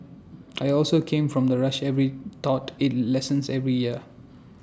I also come from the rush every thought IT lessens every year